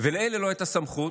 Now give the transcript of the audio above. ולאלה לא הייתה סמכות,